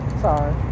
Sorry